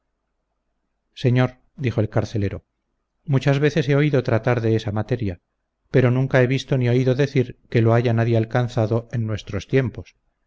señor dijo el carcelero muchas veces he oído tratar de esa materia pero nunca he visto ni oído decir que lo haya nadie alcanzado en nuestros tiempos